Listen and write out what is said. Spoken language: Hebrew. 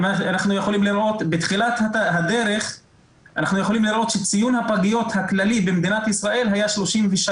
אנחנו יכולים לראות בתחילת הדרך שציון הפגיות הכללי במדינת ישראל היה 33